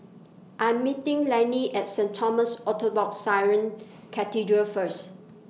I'm meeting Lainey At Saint Thomas Orthodox Syrian Cathedral First